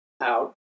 out